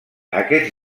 aquests